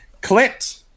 Clint